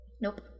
nope